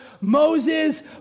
Moses